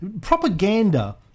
Propaganda